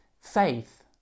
Faith